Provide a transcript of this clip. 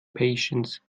patience